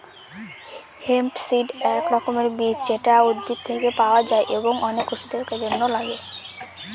hemp seed এক রকমের বীজ যেটা উদ্ভিদ থেকে পাওয়া যায় এবং অনেক ওষুধের জন্য লাগে